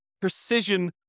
precision